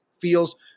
feels